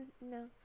no